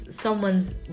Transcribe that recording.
someone's